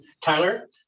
Tyler